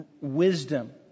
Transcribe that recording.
wisdom